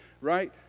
right